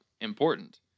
important